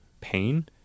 pain